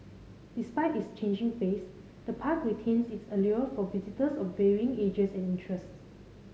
despite its changing face the park retains its allure for visitors of varying ages and interests